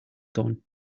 gone